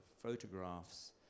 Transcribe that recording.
photographs